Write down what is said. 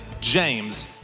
James